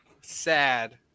Sad